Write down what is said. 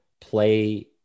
play